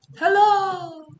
Hello